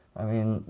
i mean,